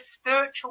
spiritual